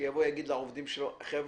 שיבוא ויגיד לעובדים שלו חבר'ה,